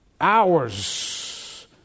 hours